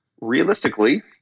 realistically